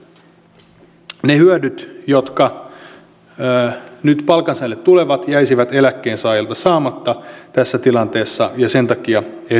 nimittäin ne hyödyt jotka nyt palkansaajille tulevat jäisivät eläkkeensaajilta saamatta tässä tilanteessa ja sen takia tätä esitämme